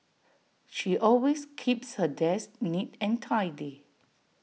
she always keeps her desk neat and tidy